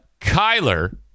Kyler